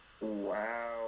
Wow